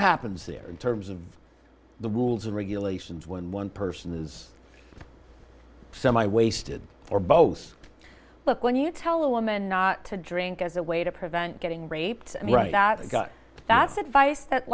happens there in terms of the rules and regulations when one person is semi wasted or both but when you tell a woman not to drink as a way to prevent getting raped that's advice that